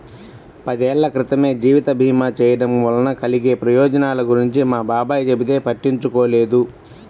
పదేళ్ళ క్రితమే జీవిత భీమా చేయడం వలన కలిగే ప్రయోజనాల గురించి మా బాబాయ్ చెబితే పట్టించుకోలేదు